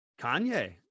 Kanye